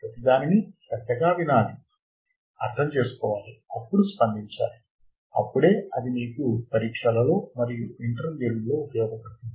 ప్రతి దానిని శ్రద్ధగా వినాలి ఆర్ధము చేసుకోవాలి అప్పుడు స్పందించాలి అప్పుడే అది మీకు పరీక్షలలో మరియు ఇంటర్వ్యూ లలో ఉపయోగపడుతుంది